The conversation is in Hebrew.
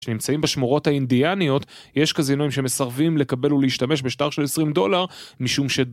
כשנמצאים בשמורות האינדיאניות, יש קזינואים שמסרבים לקבל או להשתמש בשטר של 20 דולר משום ש...